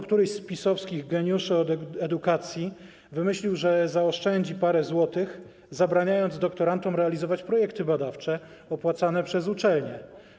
Któryś z PiS-owskich geniuszy od edukacji wymyślił, że zaoszczędzi parę złotych, zabraniając doktorantom realizować projekty badawcze opłacane przez uczelnie.